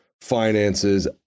finances